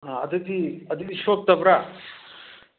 ꯑꯗꯨ ꯑꯗꯨꯗꯤ ꯁꯣꯛꯇꯕ꯭ꯔꯥ